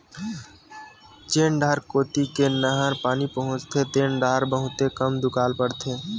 जेन डाहर कोती नहर के पानी पहुचथे तेन डाहर बहुते कम दुकाल परथे